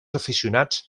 aficionats